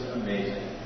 amazing